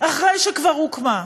אחרי שכבר הוקמה,